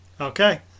Okay